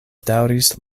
daŭris